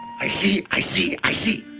i see. i see. i see.